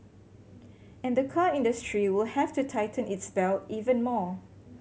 and the car industry will have to tighten its belt even more